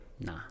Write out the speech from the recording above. Nah